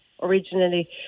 originally